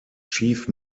chief